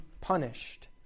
punished